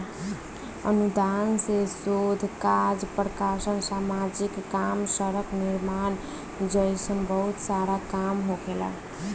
अनुदान से शोध काज प्रकाशन सामाजिक काम सड़क निर्माण जइसन बहुत सारा काम होखेला